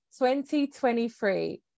2023